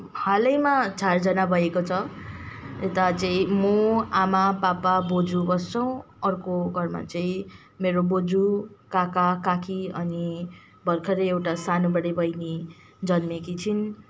हालैमा चारजना भएको छ यता चाहिँ म आमा पापा बज्यू बस्छौँ अर्को घरमा चाहिँ मेरो बज्यू काका काकी अनि भर्खरै एउटा सानो बडे बहिनी जन्मिएकी छिन्